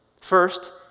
First